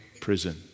prison